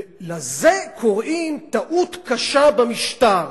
לזה קוראים טעות קשה במשטר